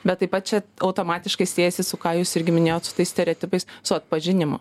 bet taip pat čia automatiškai siejasi su ką jūs irgi minėjot su tais stereotipais su atpažinimo